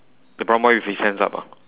the brown boy with his hands up ah